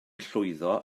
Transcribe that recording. llwyddo